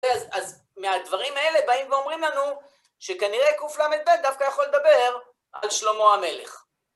אז מהדברים האלה באים ואומרים לנו שכנראה קל"ב דווקא יכול לדבר על שלמה המלך.